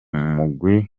umugwi